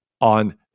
on